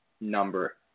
number